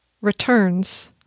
returns